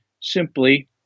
simply